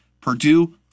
Purdue